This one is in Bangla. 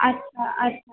আচ্ছা আচ্ছা